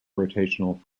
rotational